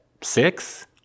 six